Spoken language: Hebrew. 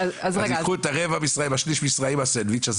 אז ייקחו את הרבע משרה עם השליש משרה עם הסנדוויץ'